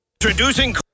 Introducing